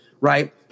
right